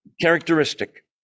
characteristic